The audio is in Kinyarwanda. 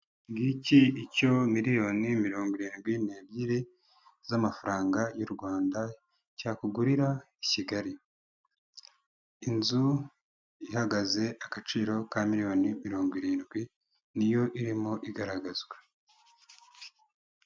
Ngiki icyo miliyoni irindwi n'ebyiri z'amafaranga y'u Rwanda cyakugurira i Kigali: Inzu ihagaze agaciro ka miliyoni mirongo irindwi, ni yo irimo igaragazwa.